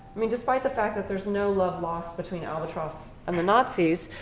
i mean, despite the fact that there's no love lost between albatross and the nazis,